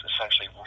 essentially